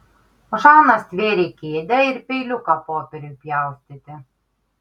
žana stvėrė kėdę ir peiliuką popieriui pjaustyti